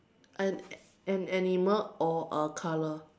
an an animal or a color